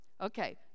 Okay